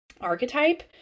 archetype